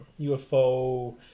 UFO